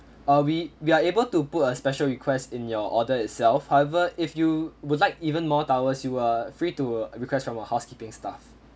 uh we we are able to put a special request in your order itself however if you would like even more towels you are free to request from our housekeeping staff